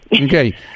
Okay